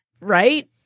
right